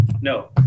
No